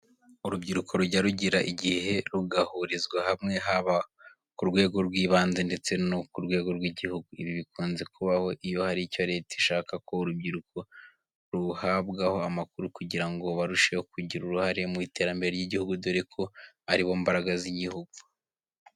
Urubyiruko rujya rugira igihe rugahurizwa hamwe haba ku rwego rw'ibanze ndetse no ku rwego rw'igihugu. Ibi bikunze kubaho iyo hari icyo Leta ishaka ko urubyiruko ruhabwaho amakuru kugira ngo barusheho kugira uruhare mu iterambere ry'igihugu dore ko ari bo mbaraga z'igihugu.